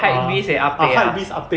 hypebeast eh ah pek ah